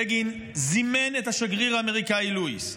בגין זימן את השגריר האמריקאי לואיס,